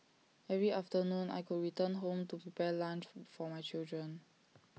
every afternoon I could return home to prepare lunch for my children